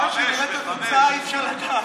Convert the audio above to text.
עד שנראה את התוצאה, אי-אפשר לדעת.